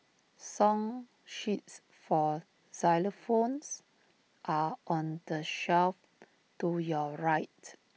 song sheets for xylophones are on the shelf to your right